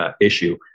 issue